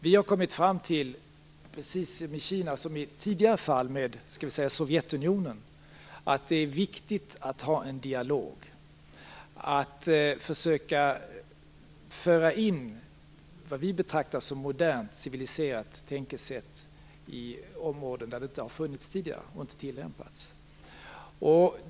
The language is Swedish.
Vi har kommit fram till - med Kina precis som i tidigare fall med t.ex. Sovjetunionen - att det är viktigt att ha en dialog och att försöka föra in vad vi betraktar som modernt civiliserat tänkesätt i områden där det inte har funnits och tillämpats tidigare.